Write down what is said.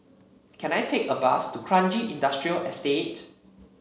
can I take a bus to Kranji Industrial Estate